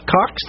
Cox